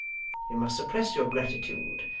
you must suppress your gratitude,